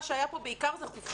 מה שהיה פה בעיקר זה חופשה,